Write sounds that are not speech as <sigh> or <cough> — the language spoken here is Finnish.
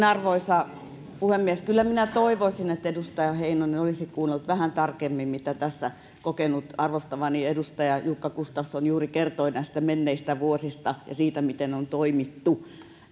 <unintelligible> arvoisa puhemies kyllä minä toivoisin että edustaja heinonen olisi kuunnellut vähän tarkemmin mitä kokenut arvostamani edustaja jukka gustafsson juuri kertoi näistä menneistä vuosista ja siitä miten on toimittu